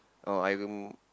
oh